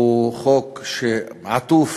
הוא חוק שעטוף